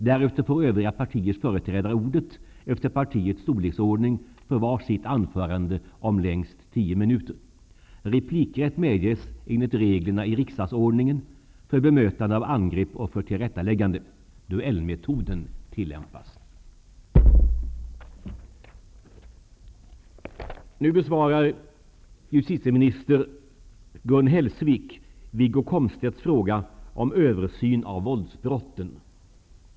Därefter får övriga partiers företrädare ordet efter partiets storleksordning för var sitt anförande om längst tio minuter. Riksdagens ställning, roll och arbetsformer har i höst uppmärksammats mer än på länge. Det är viktigt att en bred debatt förs om första statsmakten och att den debatten också förs i Sveriges riksdag. Den socialdemokratiska riksdagsgruppen får därför hemställa om att en debatt med det snaraste anordnas om riksdagen och dess arbetsformer. Debatten kan lämpligen anordnas efter de principer, som gällt för s.k. särskilt anordnade debatter. Naturligtvis bör debatten också kunna omfatta aktuella författningsfrågor.